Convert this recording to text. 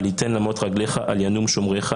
אל ייתן למוט רגלך, אל ינום שומרך.